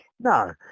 No